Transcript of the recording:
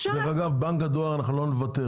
דרך אגב, על בנק הדואר אנחנו לא נוותר.